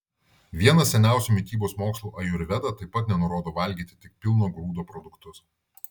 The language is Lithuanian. vienas seniausių mitybos mokslų ajurveda taip pat nenurodo valgyti tik pilno grūdo produktus